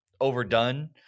overdone